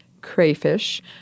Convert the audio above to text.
crayfish